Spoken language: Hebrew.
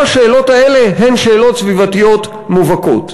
כל השאלות האלה הן שאלות סביבתיות מובהקות.